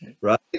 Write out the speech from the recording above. Right